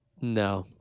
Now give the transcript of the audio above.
No